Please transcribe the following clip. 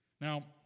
Now